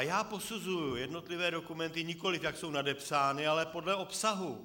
Já posuzuji jednotlivé dokumenty, nikoli jak jsou nadepsány, ale podle obsahu.